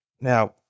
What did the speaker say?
Now